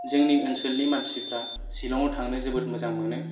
जोंनि ओनसोलनि मानसिफ्रा शिलङाव थांनो जोबोद मोजां मोनो